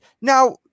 now